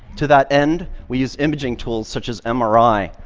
to that end, we used imaging tools such as mri,